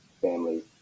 family